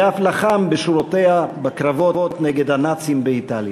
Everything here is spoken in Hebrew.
ואף לחם בשורותיה בקרבות נגד הנאצים באיטליה.